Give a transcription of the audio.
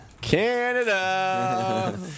Canada